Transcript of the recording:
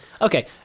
Okay